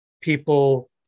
people